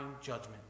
judgment